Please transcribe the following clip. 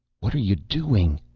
what are you doing?